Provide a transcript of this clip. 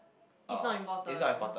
is not important